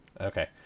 Okay